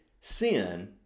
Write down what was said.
sin